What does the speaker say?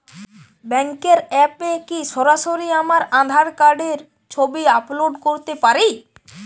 ব্যাংকের অ্যাপ এ কি সরাসরি আমার আঁধার কার্ডের ছবি আপলোড করতে পারি?